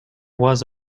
was